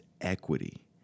equity